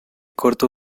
corto